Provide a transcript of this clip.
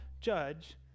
judge